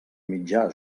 mitjà